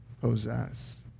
possess